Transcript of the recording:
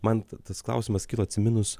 man tas klausimas kilo atsiminus